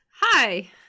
Hi